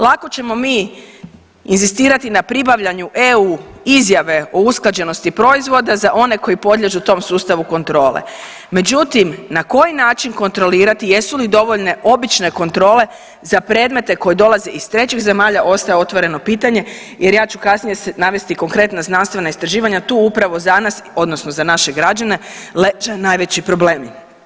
Lako ćemo mi inzistirati na pribavljaju eu izjave o usklađenosti proizvoda za one koji podliježu tom sustavu kontrole, međutim na koji način kontrolirati jesu li dovoljne obične kontrole za predmete koji dolaze iz trećih zemalja ostaje otvoreno pitanje jer ja ću kasnije navesti konkretna znanstvena istraživanja tu upravo za nas odnosno za naše građane leže najveći problemi.